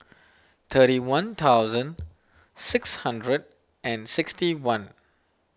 thirty one thousand six hundred and sixty one